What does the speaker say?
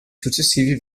successivi